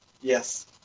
Yes